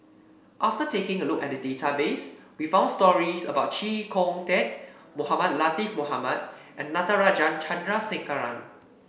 after taking a look at the database we found stories about Chee Kong Tet Mohamed Latiff Mohamed and Natarajan Chandrasekaran